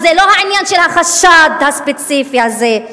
אז זה לא העניין של החשד הספציפי הזה,